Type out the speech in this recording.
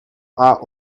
are